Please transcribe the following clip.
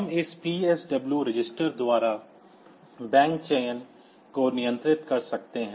हम इस PSW register द्वारा बैंक चयन को नियंत्रित कर सकते हैं